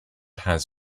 has